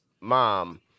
mom